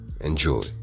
Enjoy